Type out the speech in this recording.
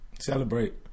Celebrate